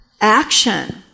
action